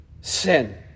sin